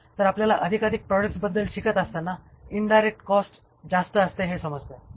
तर आपल्याला एकाधिक प्रॉडक्ट्सबद्दल शिकत असताना इन्डायरेक्ट कॉस्ट जास्त असते हे समजते